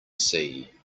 see